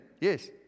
Yes